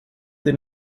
ter